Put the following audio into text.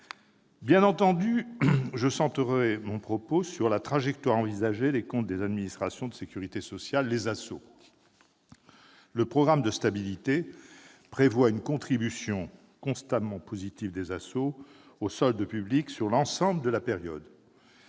Naturellement, je centrerai mon propos sur la trajectoire envisagée des comptes des administrations de sécurité sociale, les ASSO. Le projet de programme de stabilité prévoit une contribution constamment positive des ASSO au solde public sur l'ensemble de la période